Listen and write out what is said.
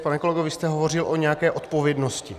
Pane kolego, vy jste hovořil o nějaké odpovědnosti.